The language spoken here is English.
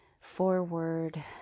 forward